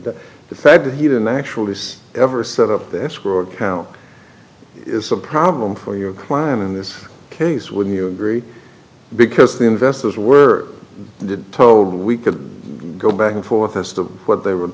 be the fact that he didn't actually ever set up the escrow account it's a problem for your client in this case would you agree because the investors were told we could go back and forth as to what they were